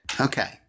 okay